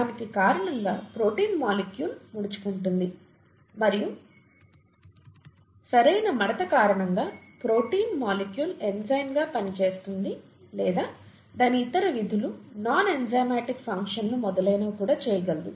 దాని కారణంగా protein molecule ముడుచుకుంటుంది మరియు సరైన మడత కారణంగా ప్రోటీన్ మొలిక్యూల్ ఎంజైమ్గా పనిచేస్తుంది లేదా దాని ఇతర విధులు నాన్ ఎంజైమాటిక్ ఫంక్షన్లు మొదలైనవి కూడా చేయగలదు